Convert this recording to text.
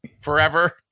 forever